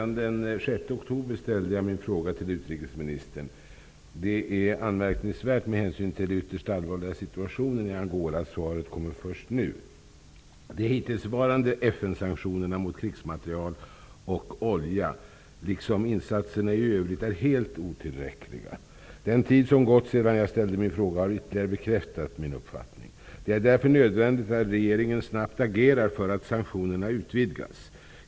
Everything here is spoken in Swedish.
Fru talman! Jag ställde min fråga till utrikesministern redan den 6 oktober. Det är med hänsyn till den ytterst allvarliga situationen i Angola anmärkningsvärt att svaret kommer först nu. De hittillsvarande FN-sanktionerna beträffande krigsmateriel och olja liksom insatserna i övrigt är helt otillräckliga. Den tid som har gått sedan jag ställde min fråga har ytterligare bekräftat min uppfattning. Det är därför nödvändigt att regeringen agerar snabbt för att sanktionerna utvidgas.